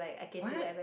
what